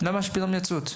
למה שהוא פתאום יצוץ?